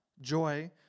joy